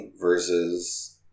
versus